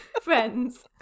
friends